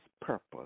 purpose